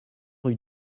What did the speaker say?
rue